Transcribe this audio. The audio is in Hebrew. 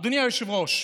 אדוני היושב-ראש,